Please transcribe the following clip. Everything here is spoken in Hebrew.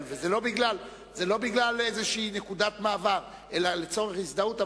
זה לא בגלל איזו נקודת מעבר, אלא לצורך הזדהות.